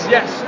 Yes